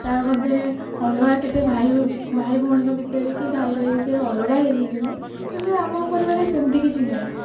ତା ମଧ୍ୟରେ ଅଲଗା କେତେ ଭାଇ ଭାଇ ଭଉଣୀଙ୍କ ଭିତରେ କି ଭାଇ ଭାଇ ଭିତରେ ଅଲଗା ହୋଇଯାଇଛନ୍ତି କିନ୍ତୁ ଆମ ପରିବାର ସେମିତି କିଛି ନାହିଁ